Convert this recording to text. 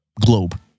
globe